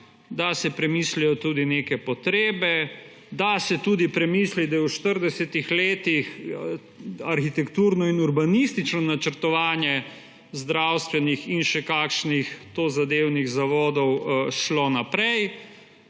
da se premislijo tudi neke potrebe. Da se tudi premisli, da je v 40 letih arhitekturno in urbanistično načrtovanje zdravstvenih in še kakšnih tozadevnih zavodov šlo naprej.